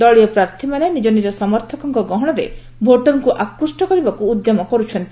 ଦଳୀୟ ପ୍ରାର୍ଥୀମାନେ ନିକନିକ ସମର୍ଥକଙ୍କ ଗହଣରେ ଭୋଟରଙ୍କ ଆକୃଷ୍ କରିବାକୁ ଉଦ୍ୟମ କରୁଛନ୍ତି